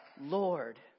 lord